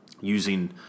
using